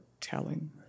telling